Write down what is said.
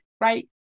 right